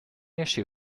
issue